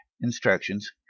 instructions